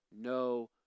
no